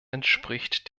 entspricht